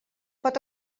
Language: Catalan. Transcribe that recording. pot